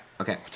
Okay